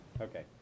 Okay